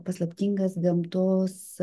paslaptingas gamtos